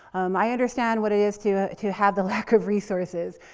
um i understand what it is to, to have the lack of resources.